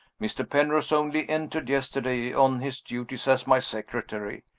mr. penrose only entered yesterday on his duties as my secretary,